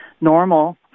normal